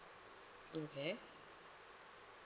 okay